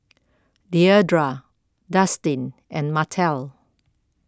Deidra Dustin and Martell